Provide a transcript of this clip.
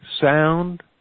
Sound